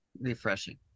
refreshing